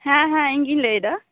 ᱦᱮᱸ ᱦᱮᱸ ᱤᱧᱜᱤᱧ ᱞᱟᱹᱭ ᱮᱫᱟ